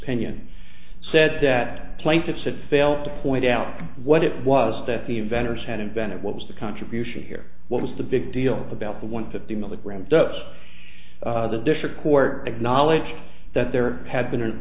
pinions said that plaintiffs have failed to point out what it was that the inventors had invented what was the contribution here what was the big deal about the one fifty milligrams just the district court acknowledged that there had been